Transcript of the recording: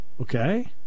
okay